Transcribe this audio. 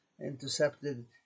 intercepted